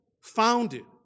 founded